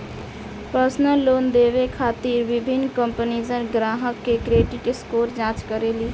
personal loan देवे खातिर विभिन्न कंपनीसन ग्राहकन के क्रेडिट स्कोर जांच करेली